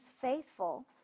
faithful